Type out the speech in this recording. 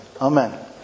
Amen